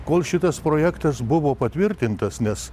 kol šitas projektas buvo patvirtintas nes